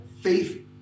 faith